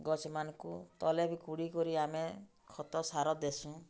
ଗଛ୍ମା୍ନଙ୍କୁ ତଲେ ବି କୁଡ଼ି କରି ଆମେ ଖତ ସାର ଦେସୁଁ